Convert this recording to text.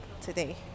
today